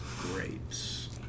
grapes